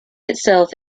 itself